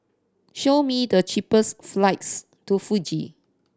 show me the cheapest flights to Fiji